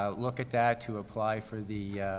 ah look at that to apply for the,